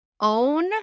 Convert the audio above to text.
own